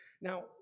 Now